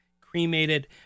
cremated